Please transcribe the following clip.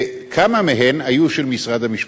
כמה מהן היו של משרד המשפטים?